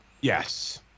Yes